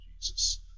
Jesus